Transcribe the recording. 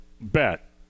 bet